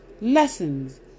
lessons